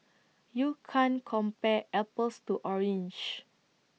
you can't compare apples to oranges